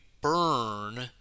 burn